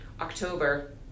October